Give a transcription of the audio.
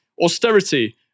Austerity